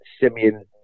Simeon